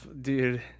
Dude